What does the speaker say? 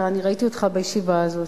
ראיתי אותך בישיבה הזאת,